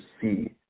see